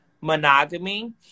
monogamy